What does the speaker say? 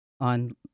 On